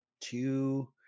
two